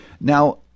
Now